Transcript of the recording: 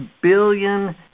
billion